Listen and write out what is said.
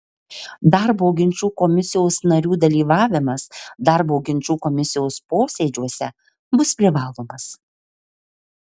darbo ginčų komisijos narių dalyvavimas darbo ginčų komisijos posėdžiuose bus privalomas